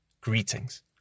greetings